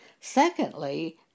Secondly